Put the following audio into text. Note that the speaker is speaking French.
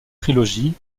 trilogie